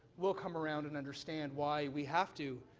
will come around and understand why we have to